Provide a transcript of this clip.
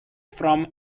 from